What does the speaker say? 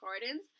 gardens